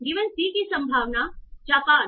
c की संभावना Japan